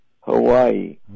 Hawaii